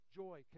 joy